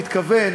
אדוני סגן